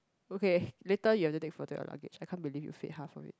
okay later you have to take photo your luggage I can't believe you fit half of it